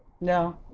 No